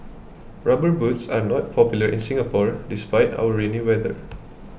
rubber boots are not popular in Singapore despite our rainy weather